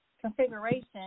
configuration